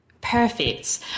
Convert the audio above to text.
Perfect